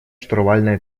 штурвальное